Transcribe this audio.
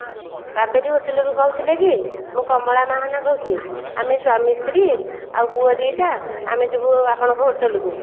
କାବେରୀ ହୋଟେଲରୁ କହୁଥିଲେ କି ମୁଁ କମଳା ମାହାନା କହୁଛି ଆମେ ସ୍ୱାମୀ ସ୍ତ୍ରୀ ଆଉ ପୁଅ ଦୁଇଟା ଆମେ ଯିବୁ ଆପଣଙ୍କ ହୋଟେଲକୁ